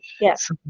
Yes